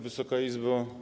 Wysoka Izbo!